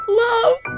love